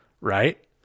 right